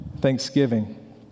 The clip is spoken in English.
Thanksgiving